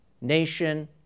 nation